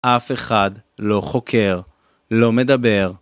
אף אחד לא חוקר, לא מדבר.